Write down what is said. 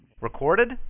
Recorded